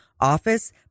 office